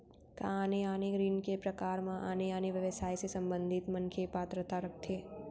का आने आने ऋण के प्रकार म आने आने व्यवसाय से संबंधित मनखे पात्रता रखथे?